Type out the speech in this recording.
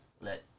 let